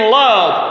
love